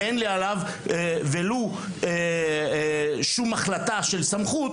ואין לי עליו שום החלטה של סמכות,